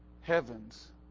heavens